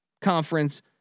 conference